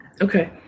Okay